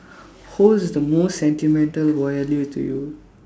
holds the most sentimental value to you